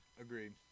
Agreed